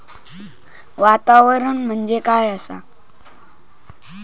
वातावरण म्हणजे काय आसा?